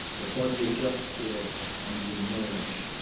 your body adjusts to it and you emerge.